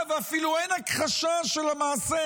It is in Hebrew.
המשטרה, אפילו אין הכחשה של המעשה.